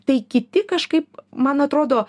tai kiti kažkaip man atrodo